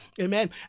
amen